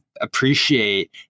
appreciate